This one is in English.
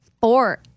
Four